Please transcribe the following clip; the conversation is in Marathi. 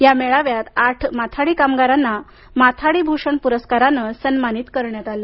या मेळाव्यात आठ माथाडी कामगारांना माथाडी भूषण पुरस्काराने सन्मानित करण्यात आलं